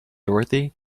dorothy